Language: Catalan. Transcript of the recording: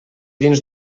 dins